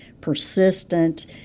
persistent